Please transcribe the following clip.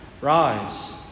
Rise